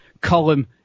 column